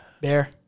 Bear